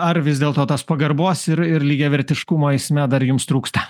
ar vis dėl to tos pagarbos ir ir lygiavertiškumo eisme dar jums trūksta